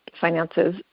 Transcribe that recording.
finances